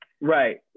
Right